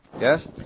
Yes